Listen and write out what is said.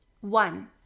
One